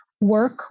work